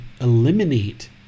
eliminate